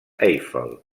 eiffel